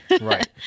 Right